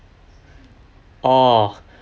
orh